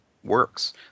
Works